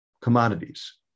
commodities